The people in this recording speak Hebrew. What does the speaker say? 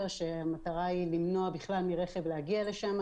כשהמטרה היא למנוע בכלל מהרכב להגיע לשם,